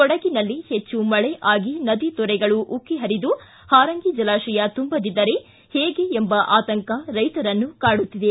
ಕೊಡಗಿನಲ್ಲಿ ಹೆಚ್ಚು ಮಳೆ ಆಗಿ ನದಿ ತೊರೆಗಳು ಉಕ್ಕಿಪರಿದು ಹಾರಂಗಿ ಜಲಾಶಯ ತುಂಬದಿದ್ದರೆ ಹೇಗೆ ಎಂಬ ಆತಂಕ ರೈತರನ್ನು ಕಾಡುತ್ತಿದೆ